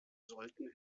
sollten